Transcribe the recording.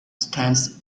stands